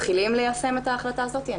מתחילים ליישם את ההחלטה הזאת ואני